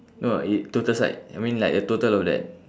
no it total side I mean like a total of that